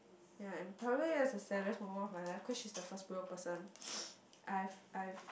ya and probably that's the saddest moment of my life cause she's the first real person I've I've